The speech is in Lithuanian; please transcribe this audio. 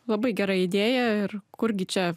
labai gera idėja ir kurgi čia